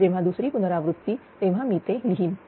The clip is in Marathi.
जेव्हा दुसरी पुनरावृत्ती तेव्हा मी ते लिहिन